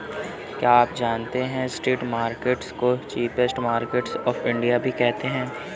क्या आप जानते है स्ट्रीट मार्केट्स को चीपेस्ट मार्केट्स ऑफ इंडिया भी कहते है?